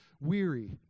weary